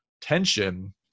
tension